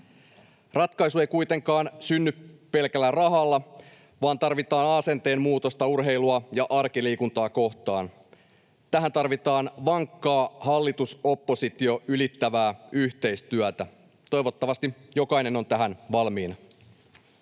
Ratkaisu ei kuitenkaan synny pelkällä rahalla, vaan tarvitaan asenteen muutosta urheilua ja arkiliikuntaa kohtaan. Tähän tarvitaan vankkaa hallitus—opposition ylittävää yhteistyötä. Toivottavasti jokainen on tähän valmiina.